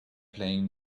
playing